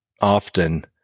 often